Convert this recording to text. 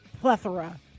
plethora